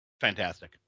Fantastic